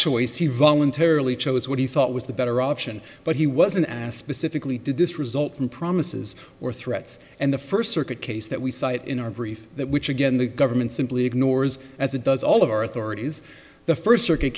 choice he voluntarily chose what he thought was the better option but he was an ass pacifically did this result from promises or threats and the first circuit case that we cite in our brief that which again the government simply ignores as it does all of our authorities the first circuit